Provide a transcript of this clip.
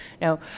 No